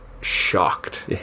shocked